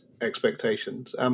expectations